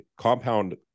compound